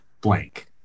blank